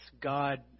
God